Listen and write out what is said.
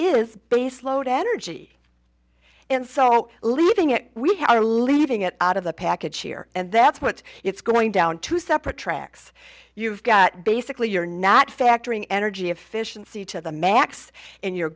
is baseload energy and so leaving it we are leaving it out of the package here and that's what it's going down two separate tracks you've got basically you're not factoring energy efficiency to the max and you're